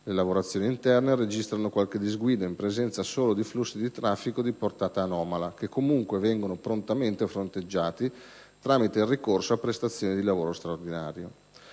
Le lavorazioni interne registrano qualche disguido, in presenza solo di flussi di traffico di portata anomala, che comunque vengono prontamente fronteggiati, tramite il ricorso a prestazioni di lavoro straordinario.